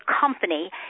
company